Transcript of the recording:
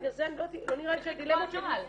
בגלל זה אמרתי שלא נראה לי שהדילמות שלי נפתרות.